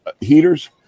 heaters